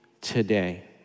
today